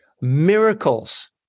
Miracles